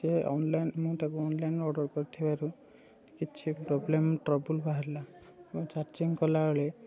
ସିଏ ଅନଲାଇନ୍ ମୁଁ ତାକୁ ଅନଲାଇନ୍ରୁ ଅର୍ଡ଼ର କରିଥିବାରୁ କିଛି ପ୍ରୋବ୍ଲେମ୍ ଟ୍ରବୁଲ୍ ବାହାରିଲା ଏବଂ ଚାର୍ଜିଂ କଲାବେଳେ